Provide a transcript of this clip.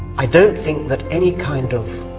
i don't think that any kind of